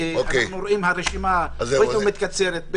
אנחנו רואים שהרשימה הולכת ומתקצרת,